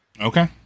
Okay